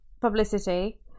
publicity